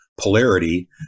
polarity